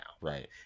right